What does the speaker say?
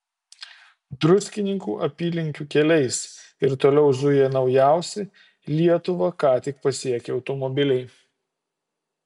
druskininkų apylinkių keliais ir toliau zuja naujausi lietuvą ką tik pasiekę automobiliai